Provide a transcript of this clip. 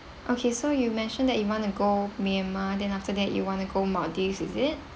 okay so you mentioned that you want to go myanmar then after that you want to go maldives is it